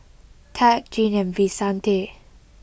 Tad Jean and Vicente